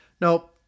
Nope